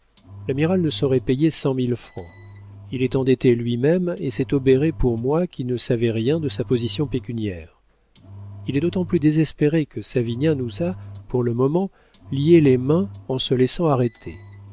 l'amiral ne saurait payer cent mille francs il est endetté lui-même et s'est obéré pour moi qui ne savais rien de sa position pécuniaire il est d'autant plus désespéré que savinien nous a pour le moment lié les mains en se laissant arrêter